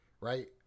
right